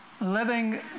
living